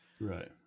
Right